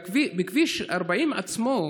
בכביש 40 עצמו,